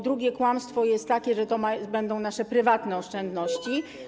Drugie kłamstwo jest takie, że to będą nasze prywatne oszczędności.